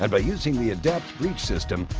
and by using the adapt reach system,